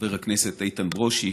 חבר הכנסת איתן ברושי,